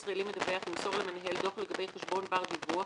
ישראלי מדווח ימסור למנהל דוח לגבי חשבון בר דיווח